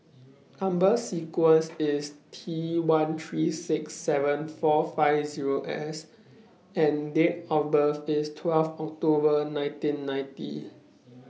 Number sequence IS T one three six seven four five Zero S and Date of birth IS twelfth October nineteen ninety